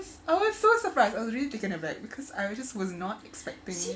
I was so surprised I was really taken aback because I will just was not expecting